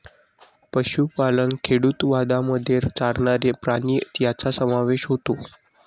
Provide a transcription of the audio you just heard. पशुपालन खेडूतवादामध्ये चरणारे प्राणी यांचा समावेश होतो